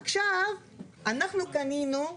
עכשיו אנחנו קנינו,